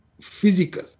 physical